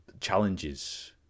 challenges